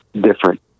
different